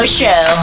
show